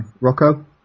Rocco